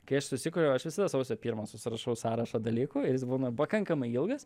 kai aš susikuriu aš visada sausio pirmą susirašau sąrašą dalykų ir jis būna pakankamai ilgas